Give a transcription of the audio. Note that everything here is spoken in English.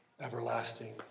everlasting